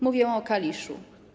Mówię o Kaliszu.